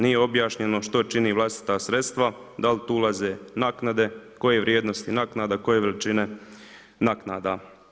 Nije objašnjeno što čini vlastita sredstva, da li tu ulaze naknade, koje vrijednosti naknada, koje veličine naknada.